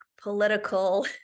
political